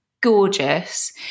gorgeous